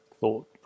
thought